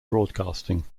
broadcasting